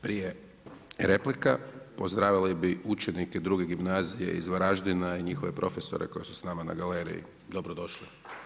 Prije replika pozdravili bi učenike II. gimnazije iz Varaždina i njihove profesore koji su s nama na galeriji, dobrodošli.